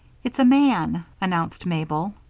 it's a man, announced mabel.